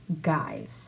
Guys